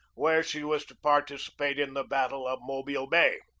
where she was to participate in the battle of mobile bay.